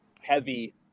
heavy